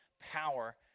power